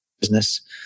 business